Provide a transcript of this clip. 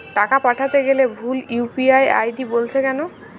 টাকা পাঠাতে গেলে ভুল ইউ.পি.আই আই.ডি বলছে কেনো?